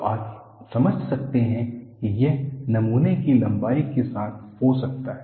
तो आप समझ सकते हैं कि यह नमूने की लंबाई के साथ हो सकता है